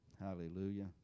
hallelujah